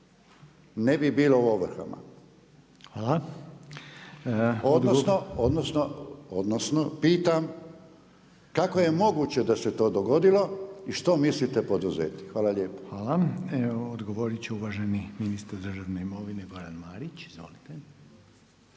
ne bi bilo u ovrhama odnosno pitam kako je moguće da se to dogodilo i što mislite poduzeti? **Reiner, Željko (HDZ)** Hvala. Odgovorit će uvaženi ministar državne imovine Goran Marić. Izvolite.